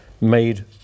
made